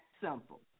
simple